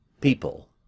people